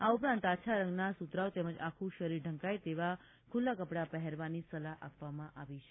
આ ઉપરાંત આછા રંગનાં સુતરાઉ તેમજ આખું શરીર ઢંકાઇ રહે તેવા ખુલ્લાં કપડાં પહેરવાની સલાહ આપવામાં આવી છે